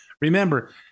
Remember